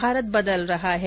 भारत बदल रहा है